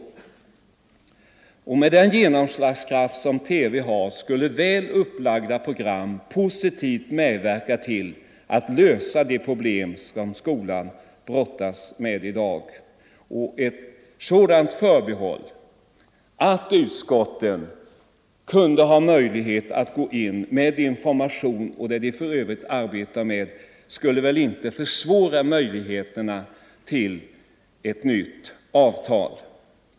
Med den genomslagskraft som TV har skulle väl upplagda program positivt medverka till att lösa de problem som skolan brottas med i dag. Ett sådant förbehåll att utskotten skall ha möjlighet att gå in med information och det utskotten i övrigt arbetar med skulle väl inte försämra möjligheterna till ett nytt avtal.